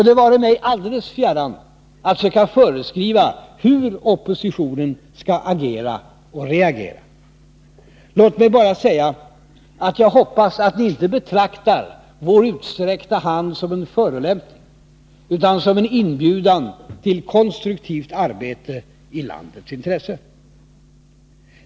Det vare mig alldeles fjärran att söka föreskriva hur oppositionen skall agera och reagera. Låt mig bara säga att jag hoppas att ni inte betraktar vår utsträckta hand som en förolämpning, utan som en inbjudan till konstruktivt arbete i landets intresse.